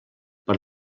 per